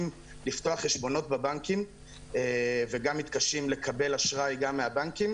לפתוח חשבונות בבנקים וגם מתקשים לקבל אשראי גם מהבנקים,